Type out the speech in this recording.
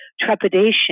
trepidation